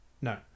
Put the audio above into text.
No